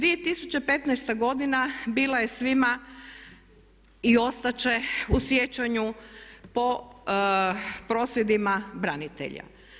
2015.godina bila je svima i ostat će u sjećanju po prosvjedima branitelja.